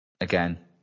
again